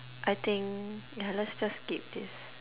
I think yeah let's just skip this